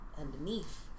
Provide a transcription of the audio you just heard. underneath